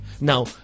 Now